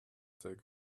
take